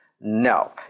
No